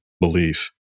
belief